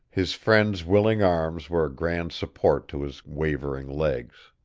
his friends' willing arms were a grand support to his wavering legs.